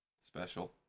special